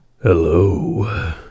Hello